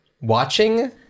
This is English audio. watching